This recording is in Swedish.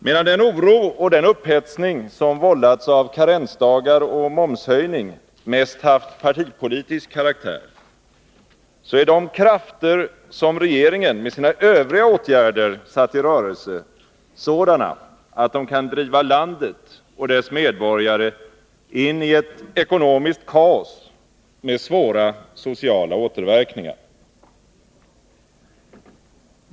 Medan den oro och den upphetsning som vållats av karensdagar och momshöjning mest haft partipolitisk karaktär, så är de krafter som regeringen med sina övriga åtgärder satt i rörelse sådana att de kan driva landet och dess medborgare in i ett ekonomiskt kaos med svåra sociala återverkningar.